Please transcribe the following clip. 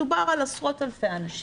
מדובר על עשרות אלפי אנשים.